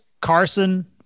Carson